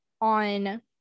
on